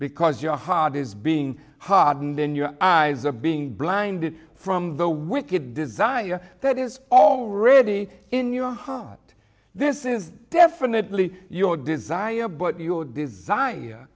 because your heart is being hardened then your eyes are being blinded from the wicked desire that is already in your heart this is definitely your desire but your desire